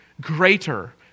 greater